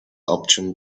option